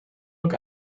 ook